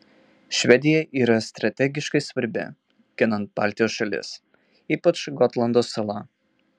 švedija yra strategiškai svarbi ginant baltijos šalis ypač gotlando sala